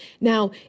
Now